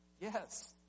Yes